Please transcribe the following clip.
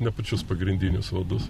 ne pačius pagrindinius vadus